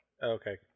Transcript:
Okay